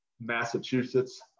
Massachusetts